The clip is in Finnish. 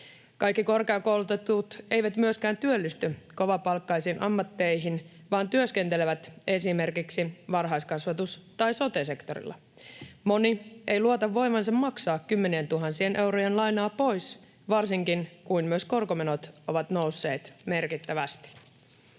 Kaikki korkeakoulutetut eivät myöskään työllisty kovapalkkaisiin ammatteihin, vaan osa työskentelee esimerkiksi varhaiskasvatus‑ tai sote-sektorilla. Moni ei luota voivansa maksaa kymmenientuhansien eurojen lainaa pois, varsinkin kun myös korkomenot ovat nousseet merkittävästi.